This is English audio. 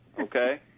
Okay